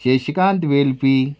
Sheshkant Velpi